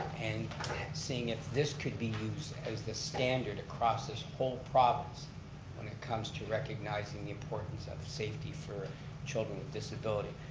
and seeing if this could be used as the standard across this whole province when it comes to recognizing the importance of safety for children with disability.